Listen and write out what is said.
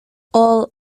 all